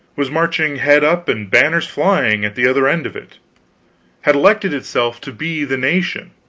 was marching head up and banners flying, at the other end of it had elected itself to be the nation,